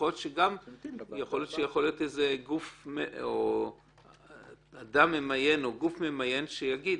יכול להיות שיש איזה אדם ממיין או גוף ממיין שיגיד